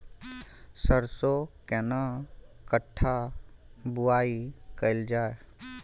सरसो केना कट्ठा बुआई कैल जाय?